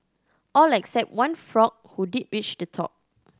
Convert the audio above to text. all except one frog who did reach the top